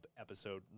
episode